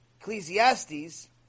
Ecclesiastes